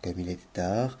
comme il était tard